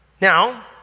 Now